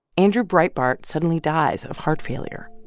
andrew breitbart suddenly dies of heart failure.